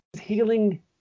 healing